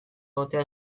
egotea